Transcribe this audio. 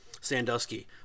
Sandusky